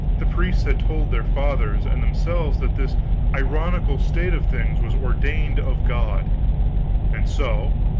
the priests had told their fathers and themselves that this ironical state of things was ordained of god and so,